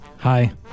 Hi